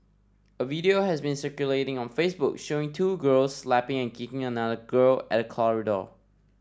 a video has been circulating on Facebook showing two girls slapping and kicking another girl at a corridor